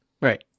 Right